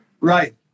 Right